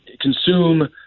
consume